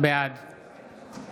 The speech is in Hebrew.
בעד